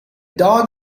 dog